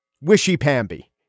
wishy-pamby